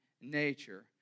nature